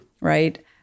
right